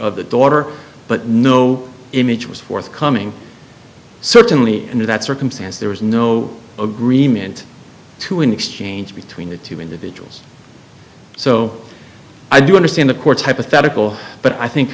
of the daughter but no image was forthcoming certainly under that circumstance there was no agreement to an exchange between the two individuals so i do understand the court's hypothetical but i think